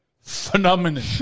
phenomenon